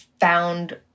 found